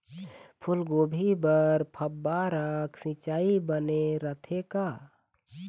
फूलगोभी बर फव्वारा सिचाई बने रथे का?